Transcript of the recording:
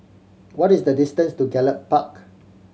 what is the distance to Gallop Park